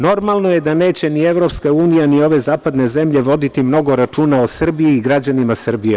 Normalno je da neće ni EU, ni ove zapadne zemlje voditi mnogo računa o Srbiji i građanima Srbije.